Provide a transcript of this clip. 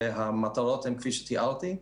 המטרות הן כפי שתיארתי.